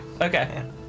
Okay